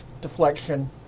deflection